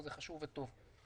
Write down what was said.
זה חשוב וטוב.